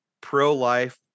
pro-life